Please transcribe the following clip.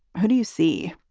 who do you see?